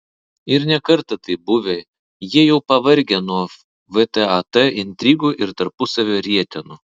ir ne kartą taip buvę jie jau pavargę nuo vtat intrigų ir tarpusavio rietenų